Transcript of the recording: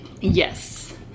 Yes